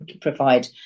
provide